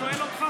אני שואל אותך.